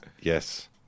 Yes